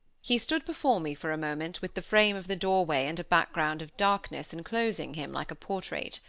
he stood before me for a moment, with the frame of the doorway and a background of darkness enclosing him like a portrait.